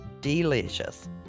delicious